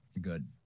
Good